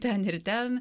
ten ir ten